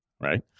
right